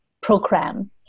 program